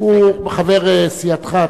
הוא חבר סיעתך,